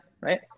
right